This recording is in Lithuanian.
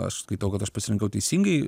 aš skaitau kad aš pasirinkau teisingai